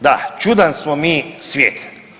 Da, čudan smo mi svijet.